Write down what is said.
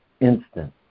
instant